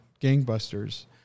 gangbusters